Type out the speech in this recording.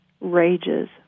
rages